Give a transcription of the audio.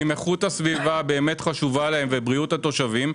אם איכות הסביבה באמת חשובה להם ובריאות התושבים,